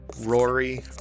Rory